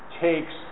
takes